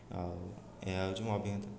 ଆଉ ଏହା ହେଉଛି ମୋ ଅଭିଜ୍ଞତା